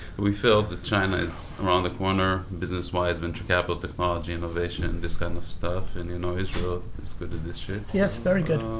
we feel that china around the corner business wise, venture capital, technology, innovation, this kind of stuff. and you know israel is good to this shit. yes, very good.